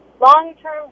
long-term